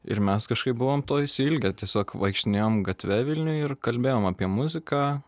ir mes kažkaip buvom to išsiilgę tiesiog vaikštinėjom gatve vilniuj ir kalbėjom apie muziką